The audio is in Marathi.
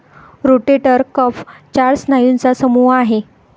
रोटेटर कफ चार स्नायूंचा समूह आहे